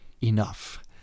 enough